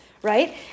right